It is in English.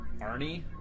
Arnie